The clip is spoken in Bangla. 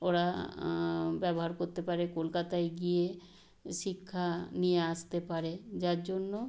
ওরা ব্যবহার করতে পারে কলকাতায় গিয়ে শিক্ষা নিয়ে আসতে পারে যার জন্য